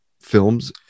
films